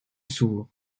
sourd